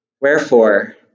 Wherefore